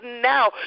now